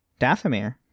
Dathomir